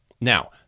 Now